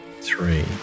three